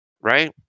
Right